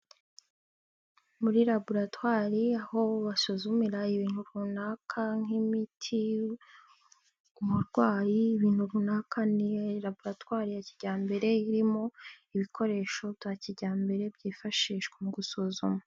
Muri raboratwari aho basuzumira ibintu runaka nk'imiti, umurwayi, ibintu runaka ni raboratwari ya kijyambere irimo ibikoresho bya kijyambere byifashishwa mu gusuzuma.